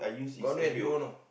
got new S_B_O no